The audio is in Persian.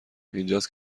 اینجاست